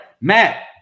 Matt